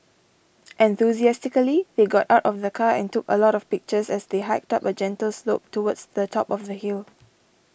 enthusiastically they got out of the car and took a lot of pictures as they hiked up a gentle slope towards the top of the hill